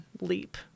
leap